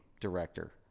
director